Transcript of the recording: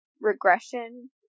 regression